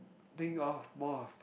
think of more